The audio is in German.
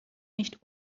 nicht